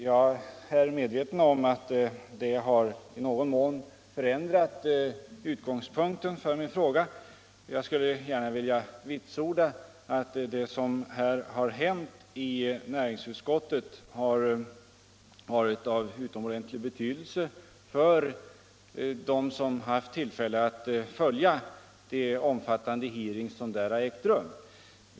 Jag är medveten om att detta i någon mån förändrat utgångspunkten för min fråga. Jag skulle gärna vilja vitsorda att det som hänt i näringsutskottet har varit av utomordentlig betydelse för den som haft tillfälle att följa de omfattande hearings som där ägt rum.